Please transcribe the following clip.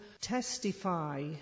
testify